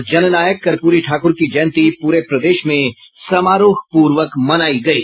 और जननायक कर्पूरी ठाकुर की जयंती पूरे प्रदेश में समारोहपूर्वक मनायी गयी